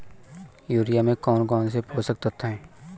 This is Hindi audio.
यूरिया में कौन कौन से पोषक तत्व है?